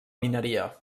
mineria